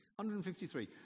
153